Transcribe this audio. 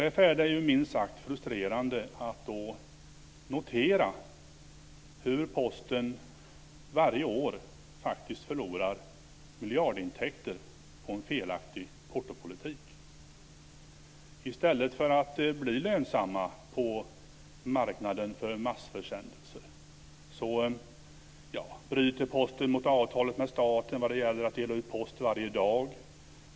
Därför är det minst sagt frustrerande att då notera hur Posten varje år faktiskt förlorar miljardintäkter på en felaktig portopolitik. I stället för att bli lönsam på marknaden för massförsändelser bryter Posten mot avtalet med staten vad det gäller att dela ut post varje dag.